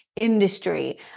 industry